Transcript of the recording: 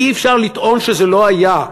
אי-אפשר לטעון שזה לא היה.